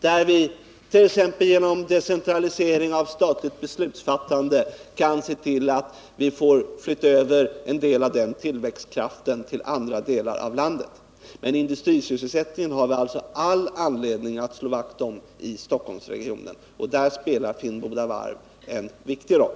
Vi kan genom t.ex. decentralisering av statligt beslutsfattande se till att vi flyttar över en del av den tillväxtkraften till andra delar av landet. Men industrisysselsättningen har vi all anledning att slå vakt om i Stockholmsregionen, och där spelar Finnboda varv en viktig roll.